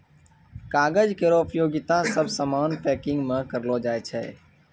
कागज केरो उपयोगिता सब सामान पैकिंग म करलो जाय छै